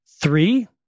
Three